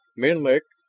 menlik.